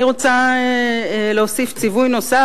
אני רוצה להוסיף ציווי נוסף.